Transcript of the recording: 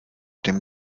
dem